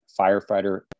firefighter